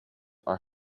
are